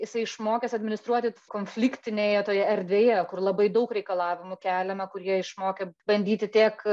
jisai išmokęs administruoti konfliktinėje toj erdvėje kur labai daug reikalavimų keliama kur jie išmokę bandyti tiek